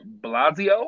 Blasio